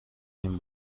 این